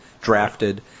drafted